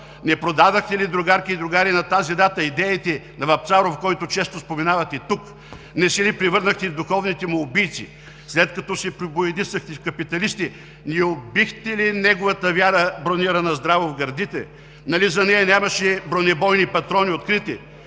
Не продадохте ли, другарки и другари, на тази дата идеите на Вапцаров, който често споменавате тук? Не се ли превърнахте в духовните му убийци, след като се пребоядисахте в капиталисти, не убихте ли неговата вяра, бронирана здраво в гърдите? Нали за нея нямаше бронебойни патрони открити?